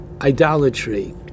idolatry